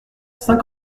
saint